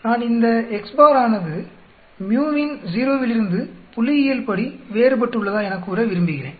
நான் இந்த ஆனது µவின் 0 வில் இருந்து புள்ளியியல்படி வேறுபட்டுள்ளதா என கூற விரும்புகிறேன்